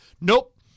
Nope